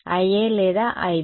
IA లేదా IB